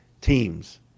teams